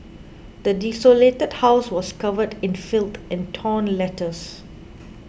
the desolated house was covered in filth and torn letters